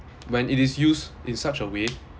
when it is used in such a way